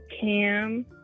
Cam